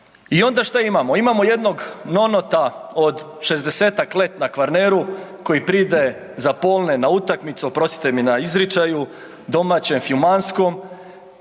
I onda šta imamo? Imamo jednog nonota od 60-ak let na Kvarneru koji pride zapolne na utakmicu, oprostite mi na izričaju, domaćem, fiumanskom,